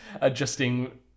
adjusting